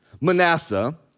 Manasseh